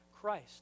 Christ